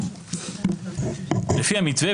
לפי המתווה,